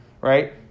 right